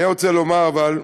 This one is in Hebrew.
אני רוצה לומר, אבל,